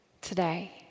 Today